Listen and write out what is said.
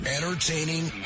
Entertaining